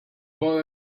boy